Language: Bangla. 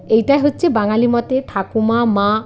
এইটাই হচ্ছে বাঙালি মতে ঠাকুমা মা